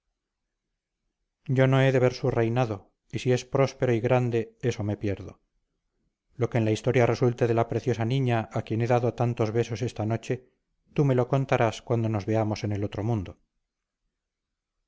yo no he de ver su reinado y si es próspero y grande eso me pierdo lo que en la historia resulte de la preciosa niña a quien he dado tantos besos esta noche tú me lo contarás cuando nos veamos en el otro mundo